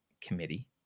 Committee